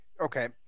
Okay